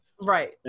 Right